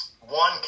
one